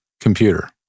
computer